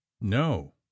No